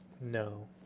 No